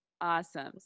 Awesome